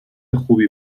خوبی